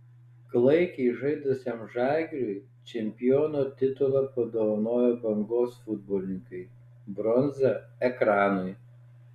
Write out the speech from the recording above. klaikiai žaidusiam žalgiriui čempiono titulą padovanojo bangos futbolininkai bronza ekranui